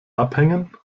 abhängen